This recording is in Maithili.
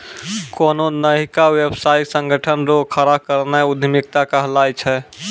कोन्हो नयका व्यवसायिक संगठन रो खड़ो करनाय उद्यमिता कहलाय छै